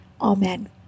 Amen